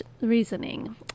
reasoning